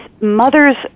mothers